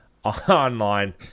Online